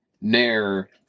Nair